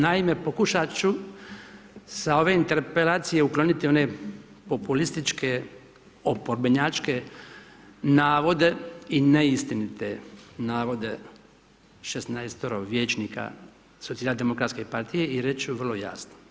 Naime, pokušat ću sa ove Interpelacije ukloniti one populističke, oporbenjačke navode i neistinite navode 16 vijećnika socijaldemokratske partije i reći ću vrlo jasno.